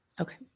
Okay